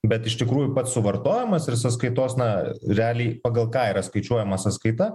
bet iš tikrųjų pats suvartojimas ir sąskaitos na realiai pagal ką yra skaičiuojama sąskaita